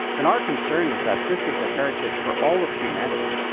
and our concern is that this is a heritage for all of humanity,